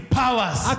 powers